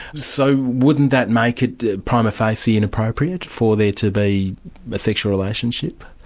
so wouldn't that make it prima facie inappropriate for there to be a sexual relationship?